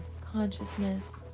consciousness